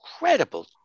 incredible